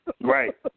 Right